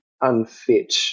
unfit